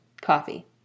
coffee